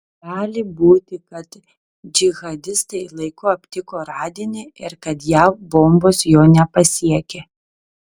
gali būti kad džihadistai laiku aptiko radinį ir kad jav bombos jo nepasiekė